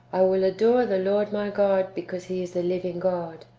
i will adore the lord my god, because he is the living god.